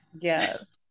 yes